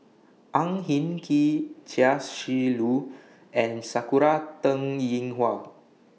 Ang Hin Kee Chia Shi Lu and Sakura Teng Ying Hua